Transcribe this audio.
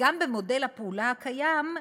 גם במודל הפעולה הקיים,